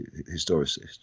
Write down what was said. historicist